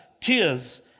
tears